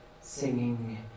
singing